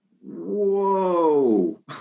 whoa